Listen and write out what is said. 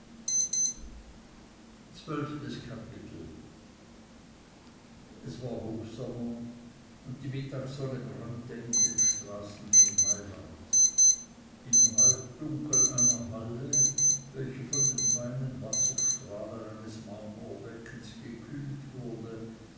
zwölftes kapitel es war hochsommer und die mittagssonne brannte in den straßen von mailand im halbdunkel einer halle welche von den feinen wasserstrahlen eines marmorbeckens gekühlt wurde